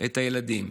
את הילדים.